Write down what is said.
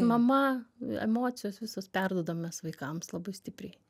mama emocijos visos perduodam mes vaikams labai stipriai